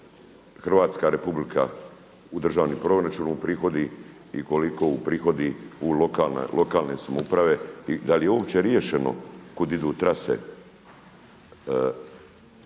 Hrvatska Republika u državni proračun uprihodi i koliko uprihodi u lokalne samouprave i da li je uopće riješeno kud idu trase